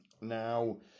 Now